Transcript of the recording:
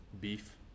Beef